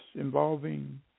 involving